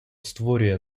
створює